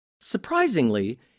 Surprisingly